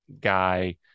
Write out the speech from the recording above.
guy